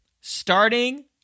Starting